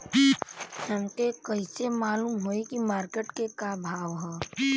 हमके कइसे मालूम होई की मार्केट के का भाव ह?